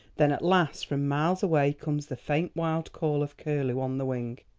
then at last from miles away comes the faint wild call of curlew on the wing.